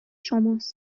شماست